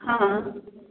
हां